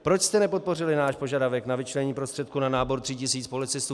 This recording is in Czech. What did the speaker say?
Proč jste nepodpořili náš požadavek na vyčlenění prostředků na nábor tří tisíc policistů?